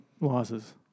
losses